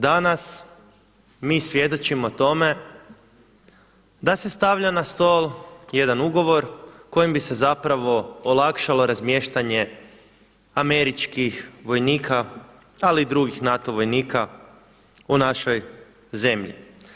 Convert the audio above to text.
Danas mi svjedočimo tome da se stavlja na stol jedan ugovor kojim se olakšalo razmještanje američkih vojnika ali i drugih NATO vojnika u našoj zemlji.